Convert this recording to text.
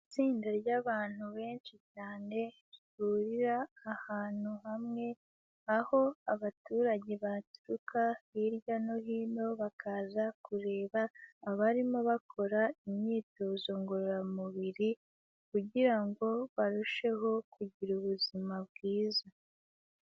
Itsinda ry'abantu benshi cyane rihurira ahantu hamwe, aho abaturage baturuka hirya no hino bakaza kureba abarimo bakora imyitozo ngororamubiri kugira ngo barusheho kugira ubuzima bwiza.